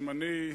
זמני,